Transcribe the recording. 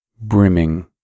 brimming